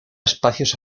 espacios